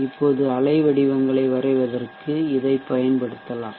இப்போது அலைவடிவங்களை வரைவதற்கு இதைப் பயன்படுத்தலாம்